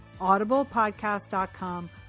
audiblepodcast.com